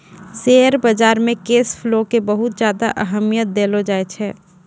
share बाजार मे cash flow के बहुत ज्यादा अहमियत देलो जाए छै